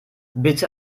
bitte